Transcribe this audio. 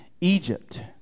Egypt